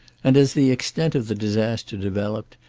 and, as the extent of the disaster developed,